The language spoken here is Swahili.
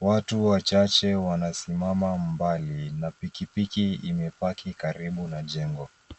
Watu wachache wanasimama mbali na pikipiki imepaki karibu na jengo.